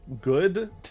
good